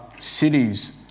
cities